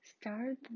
start